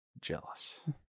Jealous